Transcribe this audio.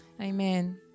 Amen